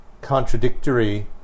contradictory